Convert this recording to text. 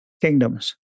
kingdoms